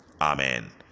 amen